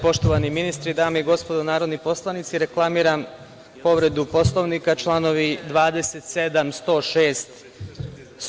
Poštovani ministre, dame i gospodo narodni poslanici, reklamiram povredu Poslovnika, članovi 27, 106. i 108.